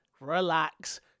relax